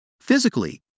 Physically